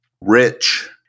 Rich